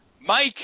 Mike